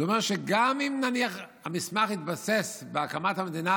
זה אומר שגם אם נניח שהמסמך התבסס בהקמת המדינה על